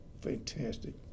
fantastic